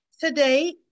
Today